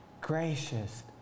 gracious